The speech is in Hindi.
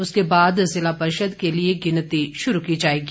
उसके बाद जिला परिषद के लिए गिनती शुरू की जाएगी